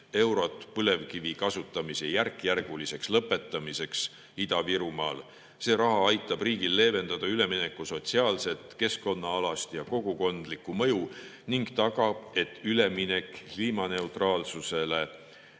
eurot põlevkivi kasutamise järkjärguliseks lõpetamiseks Ida-Virumaal. See raha aitab riigil leevendada ülemineku sotsiaalset, keskkonnaalast ja kogukondlikku mõju ning tagab, et üleminek kliimaneutraalsele